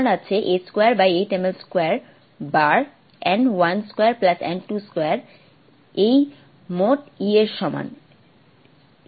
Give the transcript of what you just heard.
অতএব আপনার আছে h28m L2 বার n 12n 22 এই মোট E এর সমান